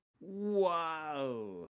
Wow